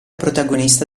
protagonista